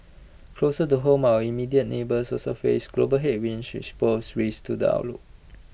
closer to home our immediate neighbours also face global headwinds which pose risks to the outlook